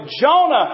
Jonah